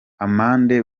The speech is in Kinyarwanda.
amanda